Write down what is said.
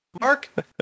Mark